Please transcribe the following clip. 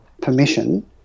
permission